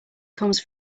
comes